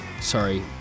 sorry